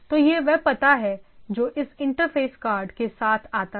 तो यह वह पता है जो इस इंटरफ़ेस कार्ड के साथ आता है